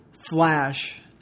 Flash